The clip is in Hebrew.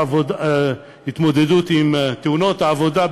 התמודדות עם תאונות העבודה,